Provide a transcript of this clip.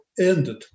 ended